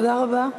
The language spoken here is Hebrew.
תודה רבה.